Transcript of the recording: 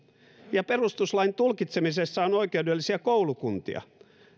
ja perustuslain tulkitsemisessa on oikeudellisia koulukuntia